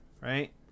right